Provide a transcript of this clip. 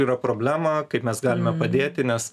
yra problema kaip mes galime padėti nes